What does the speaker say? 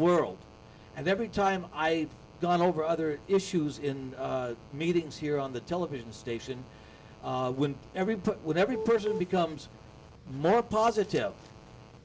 world and every time i gone over other issues in meetings here on the television station every every person becomes more positive